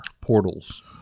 Portals